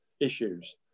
issues